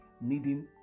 needing